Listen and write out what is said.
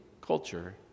culture